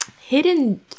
hidden